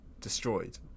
destroyed